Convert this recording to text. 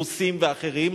רוסים ואחרים,